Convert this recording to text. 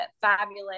fabulous